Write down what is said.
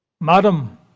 Madam